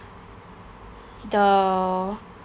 the